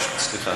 סליחה,